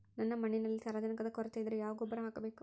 ನನ್ನ ಮಣ್ಣಿನಲ್ಲಿ ಸಾರಜನಕದ ಕೊರತೆ ಇದ್ದರೆ ಯಾವ ಗೊಬ್ಬರ ಹಾಕಬೇಕು?